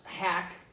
hack